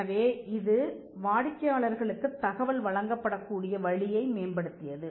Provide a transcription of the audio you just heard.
எனவே இது வாடிக்கையாளர்களுக்குத் தகவல் வழங்கப்படக் கூடிய வழியை மேம்படுத்தியது